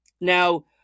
now